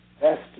best